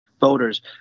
voters